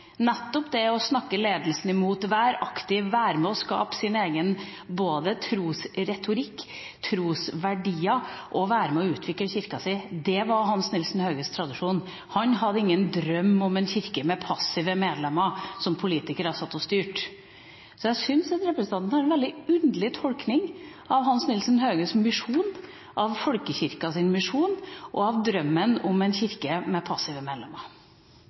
nettopp det å snakke ledelsen imot, være aktive, være med og skape sin egen trosretorikk, trosverdier og å være med og utvikle kirka si. Det var Hans Nielsen Hauges tradisjon. Han hadde ingen drøm om en kirke med passive medlemmer som politikere satt og styrte. Så jeg syns at representanten har en veldig underlig tolkning av Hans Nielsens Hauges misjon, av folkekirkas misjon og av drømmen om en kirke med passive medlemmer.